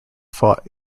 fought